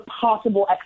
possible